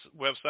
website